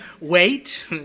Wait